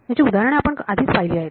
याची उदाहरणे आपण आधीच पाहिली आहेत